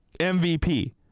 MVP